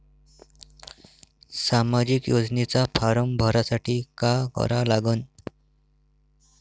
सामाजिक योजनेचा फारम भरासाठी का करा लागन?